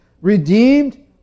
redeemed